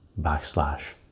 backslash